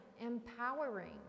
empowering